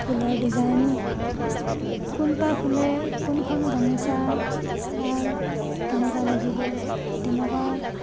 ফুলৰ ডিজাইন কোন পাহ ফুলে কোনখন গামোচা কেনেকুৱা লাগিব তেনেকুৱা